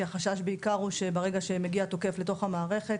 כי החשש בעיקר הוא שברגע שמגיע תוקף לתוך המערכת,